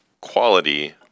quality